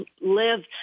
live